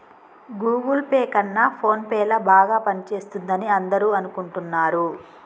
Google pay కన్నా PhonePe ల బాగా పనిచేస్తుందని అందరూ అనుకుంటున్నారు